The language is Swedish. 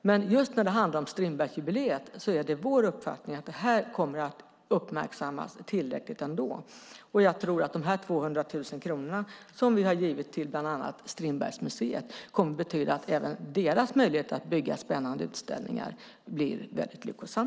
Men just när det handlar om Strindbergsjubileet är det vår uppfattning att det kommer att uppmärksammas tillräckligt ändå. Och jag tror att de 200 000 kronorna som vi har givit till bland annat Strindbergsmuseet kommer att betyda att även deras möjlighet att bygga spännande utställningar blir väldigt lyckosam.